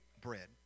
bread